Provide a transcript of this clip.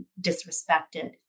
disrespected